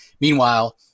Meanwhile